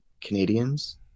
Canadians